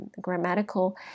grammatical